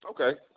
okay